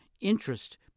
interest